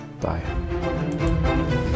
Bye